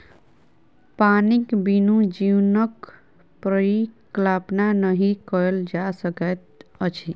पानिक बिनु जीवनक परिकल्पना नहि कयल जा सकैत अछि